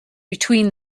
between